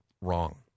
wrong